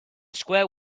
square